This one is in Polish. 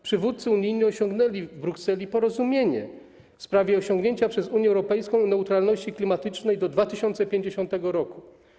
Przywódcy unijni osiągnęli w Brukseli porozumienie w sprawie osiągnięcia przez Unię Europejską neutralności klimatycznej do 2050 r.